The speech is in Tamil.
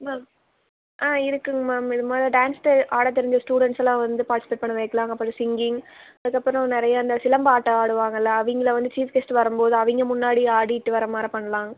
மேம் ஆ இருக்குதுங்க மேம் இதுமாதிரி டான்ஸு ஆடத் தெரிஞ்ச ஸ்டூடெண்ட்ஸெல்லாம் வந்து பார்ட்டிசிபேட் பண்ண வைக்கலாம் அப்புறம் சிங்கிங் அதுக்கப்புறம் நிறையா இந்த சிலம்பாட்டம் ஆடுவாங்கள்ல அவங்கள வந்து சீஃப் கெஸ்ட்டு வரும்போது அவங்க முன்னாடி ஆடிட்டு வரமாதிரி பண்ணலாங்க